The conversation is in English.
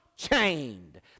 chained